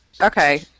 Okay